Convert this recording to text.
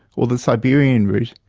or the siberian route,